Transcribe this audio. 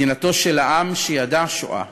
מדינתו של העם שידע שואה,